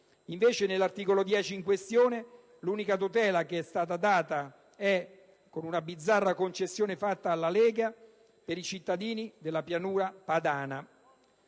Invece, nell'articolo 10 in questione, l'unica tutela che è stata prevista, con una bizzarra concessione fatta alla Lega, riguarda i cittadini della Pianura padana.